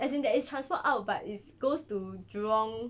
as in there is transport out but it goes to jurong